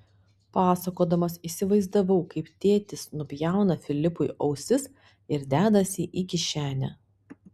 pasakodamas įsivaizdavau kaip tėtis nupjauna filipui ausis ir dedasi į kišenę